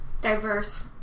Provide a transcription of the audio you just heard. diverse